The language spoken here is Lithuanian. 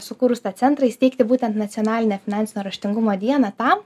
sukūrus tą centrą įsteigti būtent nacionalinę finansinio raštingumo dieną tam